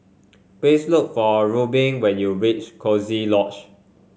please look for Reubin when you reach Coziee Lodge